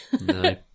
no